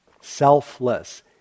selfless